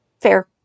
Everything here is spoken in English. Fair